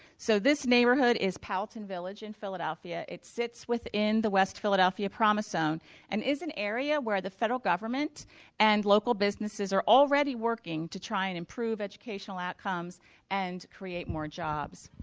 so this neighborhood is palatine village in philadelphia. it sits within the west philadelphia promise zone and is an area where the federal government and local businesses are already working to try and improve educational outcomes and create more jobs.